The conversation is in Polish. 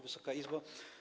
Wysoka Izbo!